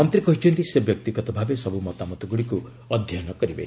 ମନ୍ତ୍ରୀ କହିଛନ୍ତି ସେ ବ୍ୟକ୍ତିଗତ ଭାବେ ସବ୍ର ମତାମତଗ୍ରଡ଼ିକ୍ ଅଧ୍ୟୟନ କରିବେ